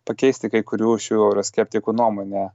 pakeisti kai kurių šių euroskeptikų nuomonę